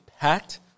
packed